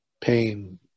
pain